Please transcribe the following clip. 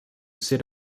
sit